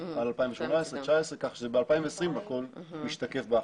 על 2019/18 כך שב-2020 זה הכול משתקף בהכנסה.